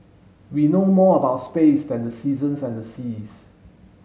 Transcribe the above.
we know more about space than the seasons and the seas